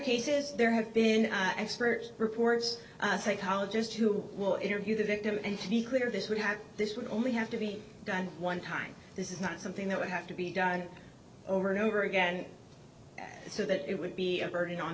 cases there have been expert reports psychologist who will interview the victim and be clear this would have this would only have to be done one time this is not something that would have to be done over and over again so that it would be a